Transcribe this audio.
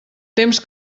temps